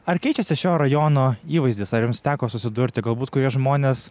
ar keičiasi šio rajono įvaizdis ar jums teko susidurti galbūt kurie žmonės